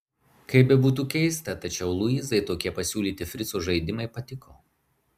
kaip bebūtų keista tačiau luizai tokie pasiūlyti frico žaidimai patiko